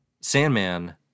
Sandman